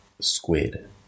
squid